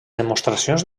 demostracions